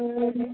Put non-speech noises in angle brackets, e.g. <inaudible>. <unintelligible>